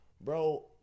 Bro